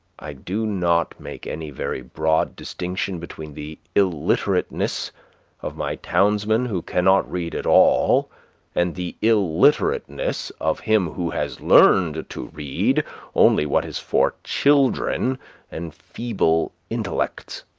i do not make any very broad distinction between the illiterateness of my townsman who cannot read at all and the illiterateness of him who has learned to read only what is for children and feeble intellects.